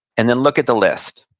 and then look at the list.